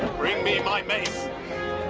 bring me my mace.